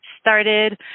started